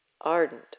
ardent